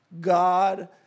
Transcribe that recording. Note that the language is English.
God